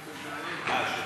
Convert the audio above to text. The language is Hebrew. הייתה טענה,